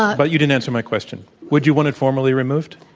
ah but you didn't answer my question. would you want it formally removed?